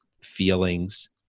feelings